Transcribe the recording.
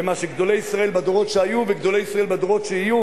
ומה שגדולי ישראל בדורות שהיו וגדולי ישראל בדורות שיהיו